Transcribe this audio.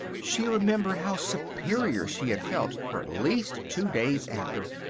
she remembered how superior she had felt for at least two days after.